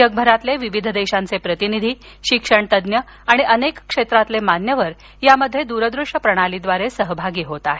जगभरातील विविध देशांचे प्रतिनिधी शिक्षणतज्ज्ञ आणि अनेक क्षेत्रातील मान्यवर त्यामध्ये दूरदूश्य प्रणालीद्वारे सहभागी होत आहेत